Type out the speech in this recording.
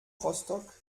rostock